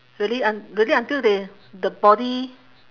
really un~ really until they the body